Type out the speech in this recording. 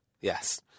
Yes